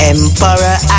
Emperor